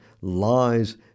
lies